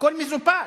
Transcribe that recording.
הכול מזופת.